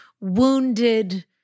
wounded